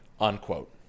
unquote